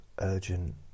Urgent